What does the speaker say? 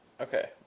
Okay